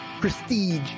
prestige